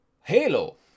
Halo